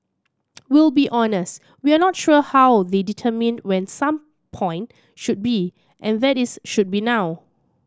we'll be honest we're not sure how they determined when some point should be and that is should be now